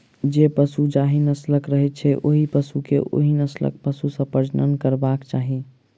जे पशु जाहि नस्लक रहैत छै, ओहि पशु के ओहि नस्लक पशु सॅ प्रजनन करयबाक चाही